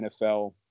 NFL